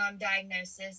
diagnosis